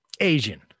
Asian